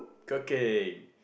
cooking